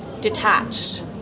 detached